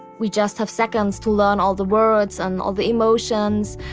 we just have seconds to learn all the words, and all the emotions,